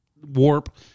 warp